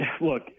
look